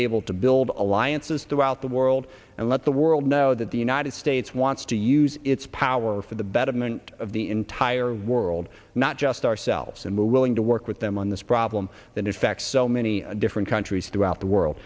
able to build alliances throughout the world and let the world know that the united states wants to use its power for the betterment of the entire world not just ourselves and more willing to work with them on this problem that affects so many different countries throughout the